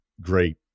great